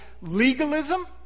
legalism